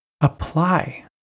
apply